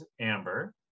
Amber